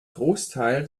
großteil